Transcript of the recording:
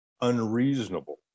unreasonable